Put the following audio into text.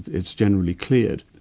it's generally cleared.